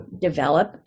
develop